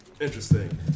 Interesting